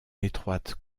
étroite